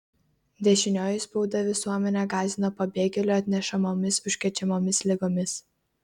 dešinioji spauda visuomenę gąsdino pabėgėlių atnešamomis užkrečiamomis ligomis